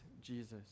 Jesus